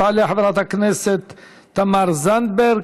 תעלה חברת הכנסת תמר זנדברג,